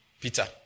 Peter